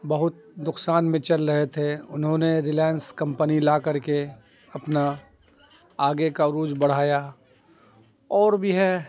بہت نقصان میں چل رہے تھے انہوں نے ریلائنس کمپنی لا کر کے اپنا آگے کا عروج بڑھایا اور بھی ہے